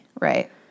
right